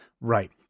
Right